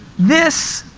this,